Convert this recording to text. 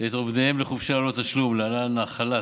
את עובדיהם לחופשה ללא תשלום, להלן: חל"ת,